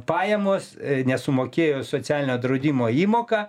pajamos nesumokėjo socialinio draudimo įmoką